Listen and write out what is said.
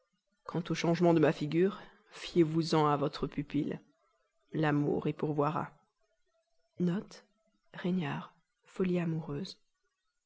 quant au changement de ma figure fiez vous en à votre pupille l'amour y pourvoira